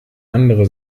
andere